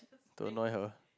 don't know have a